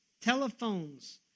telephones